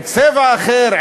עם צבע אחר,